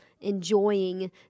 enjoying